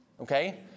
Okay